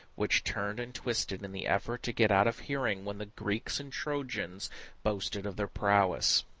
which turned and twisted in the effort to get out of hearing when the greeks and trojans boasted of their prowess.